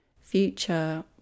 future